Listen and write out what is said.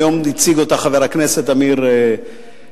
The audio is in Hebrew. היום הציג אותה חבר הכנסת עמיר פרץ.